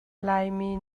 laimi